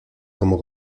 como